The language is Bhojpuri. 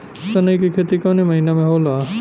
सनई का खेती कवने महीना में होला?